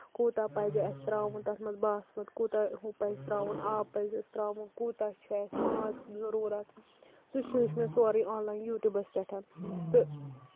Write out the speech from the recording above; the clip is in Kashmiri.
کوٗتاہ پَزِ اَسہِ تراوُن تَتھ منٛز باسمَت کوٗتاہ ہُہ پَزِ تراوُن آب پَزِ اَسہِ تراوُن کوٗتاہ چھ اَسہِ ماز ضروٗرت سُہ چھ ہیوٚچھ مےٚ سورُے آن لاین یوٗٹوٗبَس پٮ۪ٹھ تہٕ